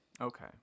Okay